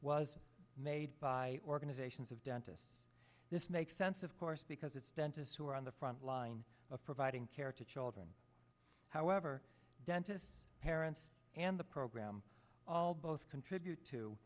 was made by organizations of dentists this makes sense of course because it's dentists who are on the front line of providing care to children however dentists parents and the program all both contribute to